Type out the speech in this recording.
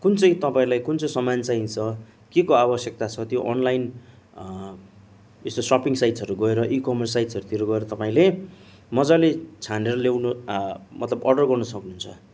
कुन चाहिँ तपाईँलाई कुन चाहिँ सामान चाहिन्छ के को आवश्यकता छ त्यो अनलाइन एसो सपिङ साइट्सहरू गएर इकमर्स साइट्सतिर गएर तपाईँले मज्जाले छानेर ल्याउन मतलब अर्डर गर्न सक्नुहुन्छ